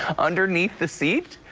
underneath the seat?